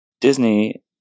Disney